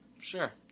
Sure